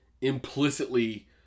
implicitly